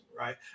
Right